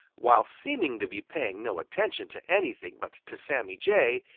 while seeming to be paying no attention to anything but to sammy jay,